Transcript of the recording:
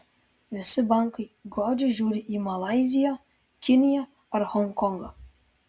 visi bankai godžiai žiūri į malaiziją kiniją ar honkongą